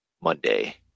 Monday